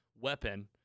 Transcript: weapon